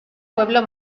pueblo